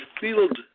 field